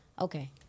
okay